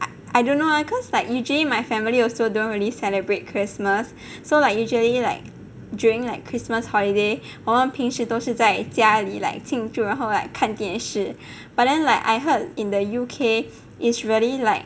I I don't know lah cause like usually my family also don't really celebrate christmas so like usually like during like christmas holiday 我们平时都是在家里 like 庆祝然后 like 看电视 but then like I heard in the U_K it's really like